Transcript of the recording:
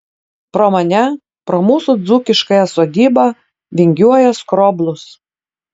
pro mane pro mūsų dzūkiškąją sodybą vingiuoja skroblus